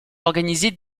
organisées